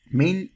main